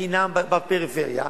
חינם בפריפריה,